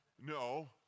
No